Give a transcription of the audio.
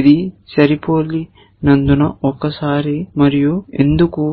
ఇది సరిపోలినందున ఒక్కసారి మరియు ఎందుకు